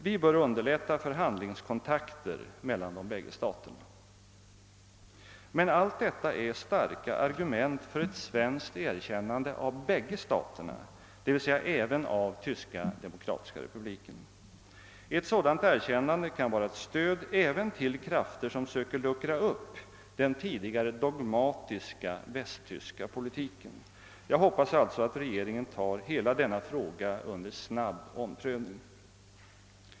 Vi bör underlätta förhandlingskontakter mellan de bägge staterna, men allt detta är starka argument för ett svenskt erkännande av båda staterna, d. v. s. även av Tyska demokratiska republiken. Ett sådant erkännande kan vara ett stöd även till krafter som söker luckra upp den tidigare dogmatiska västtyska politiken. Jag hoppas alltså att regeringen tar hela denna fråga under snabb omprövning.